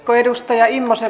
arvoisa puhemies